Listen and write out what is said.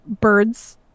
birds